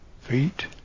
feet